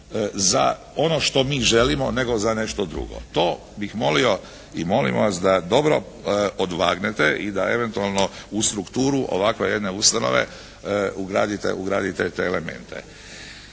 za ono što mi želimo nego za nešto drugo. To bih molio i molimo vas da dobro odvagnete i da eventualno u strukturu ovakve jedne ustanove ugradite te elemente.